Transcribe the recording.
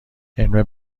علم